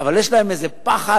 אבל יש להם איזה פחד